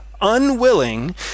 unwilling